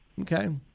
Okay